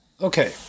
Okay